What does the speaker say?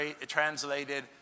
translated